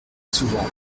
souvent